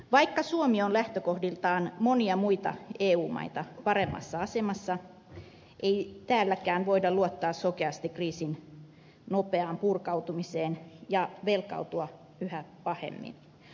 vaikka suomi on lähtökohdiltaan monia muita eu maita paremmassa asemassa ei täälläkään voida luottaa sokeasti kriisin nopeaan purkautumiseen ja velkaantua yhä pahemmin